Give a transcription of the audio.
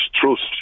trust